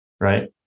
right